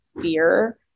fear